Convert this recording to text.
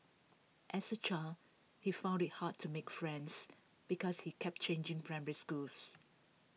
as A child he found IT hard to make friends because he kept changing primary schools